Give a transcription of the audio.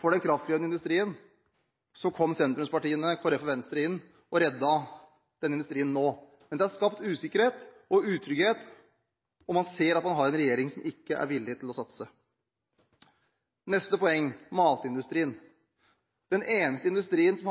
for den kraftkrevende industrien kom sentrumspartiene, Kristelig Folkeparti og Venstre, inn og reddet denne industrien nå. Men det har skapt usikkerhet og utrygghet, og man ser at man har en regjering som ikke er villig til å satse. Neste poeng er matindustrien. Det er den eneste industrien som